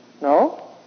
No